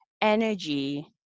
energy